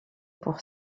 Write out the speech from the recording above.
pour